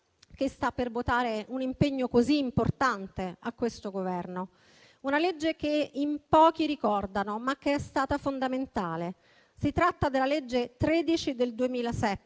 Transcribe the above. che sta per votare un impegno così importante a questo Governo; una legge che in pochi ricordano, ma che è stata fondamentale. Si tratta della legge n. 13 del 2007